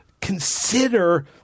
consider